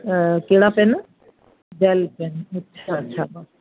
केड़ा pen gel pen अच्छा अच्छा